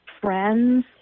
friends